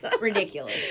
Ridiculous